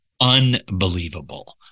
unbelievable